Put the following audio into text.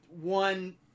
one